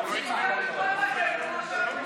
להעביר את הצעת חוק האקלים,